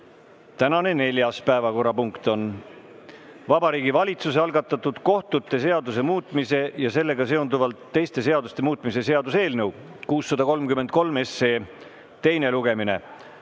Tänane neljas päevakorrapunkt on Vabariigi Valitsuse algatatud kohtute seaduse muutmise ja sellega seonduvalt teiste seaduste muutmise seaduse eelnõu 633 teine lugemine.